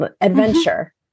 adventure